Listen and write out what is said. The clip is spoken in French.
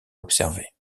observer